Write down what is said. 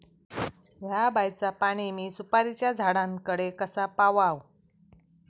हया बायचा पाणी मी सुपारीच्या झाडान कडे कसा पावाव?